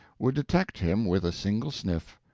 would detect him with a single sniff,